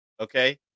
Okay